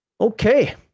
okay